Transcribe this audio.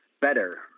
better